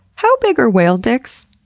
how big are whale dicks?